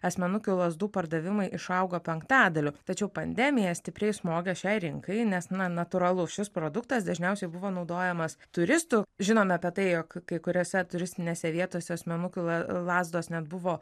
asmenukių lazdų pardavimai išaugo penktadaliu tačiau pandemija stipriai smogė šiai rinkai nes na natūralu šis produktas dažniausiai buvo naudojamas turistų žinome apie tai jog kai kuriose turistinėse vietose asmenukių lazdos net buvo